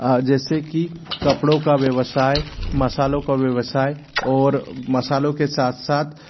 जैसे कि कपड़ों का व्यवसाय मसालों का व्यवसाय और मसालों के सात सात